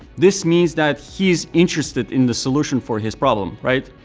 this means that he is interested in the solution for his problem, right?